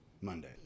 Monday